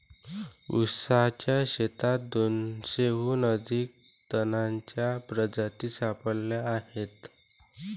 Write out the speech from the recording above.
ऊसाच्या शेतात दोनशेहून अधिक तणांच्या प्रजाती सापडल्या आहेत